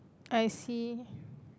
I see